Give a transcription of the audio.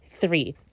three